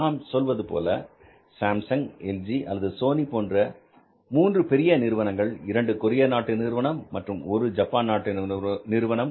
நாம் சொல்வது போல் சாம்சங் எல்ஜி அல்லது சோனி போன்ற மூன்று பெரிய நிறுவனங்கள் 2 கொரிய நாட்டு நிறுவனம் மற்றும் ஒரு ஜப்பான் நாட்டு நிறுவனம்